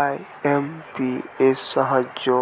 IMPS সাহায্যে